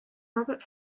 robert